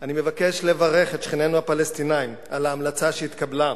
"אני מבקש לברך את שכנינו הפלסטינים על ההמלצה שהתקבלה.